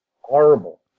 horrible